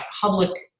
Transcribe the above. public